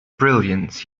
brilliance